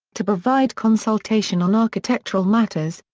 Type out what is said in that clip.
to provide consultation on architectural matters,